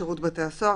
שירות בתי הסוהר,